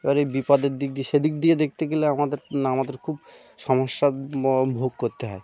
এবার এই বিপদের দিক দিয়ে সেদিক দিয়ে দেখতে গেলে আমাদের আমাদের খুব সমস্যা ভোগ করতে হয়